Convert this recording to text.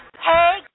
Hey